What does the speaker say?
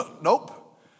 nope